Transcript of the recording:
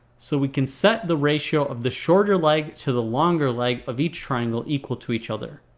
so we can set the ratio of the shorter leg to the longer leg of each triangle equal to each other.